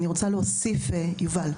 יובל,